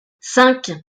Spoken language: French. cinq